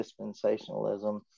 dispensationalism